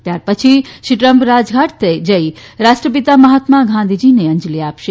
ત્યાર પછી શ્રી ટ્રમ્પ રાજઘાટ જઈને રાષ્ટ્રપિતા મહાત્મા ગાંધીજીને અંજલી આપશે